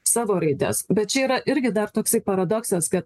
savo raides bet čia yra irgi dar toksai paradoksas kad